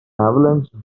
avalanche